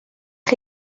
chi